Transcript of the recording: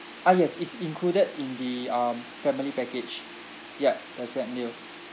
ah yes it's included in the um family package yup the set meal